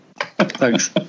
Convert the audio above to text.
Thanks